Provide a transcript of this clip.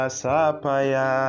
sapaya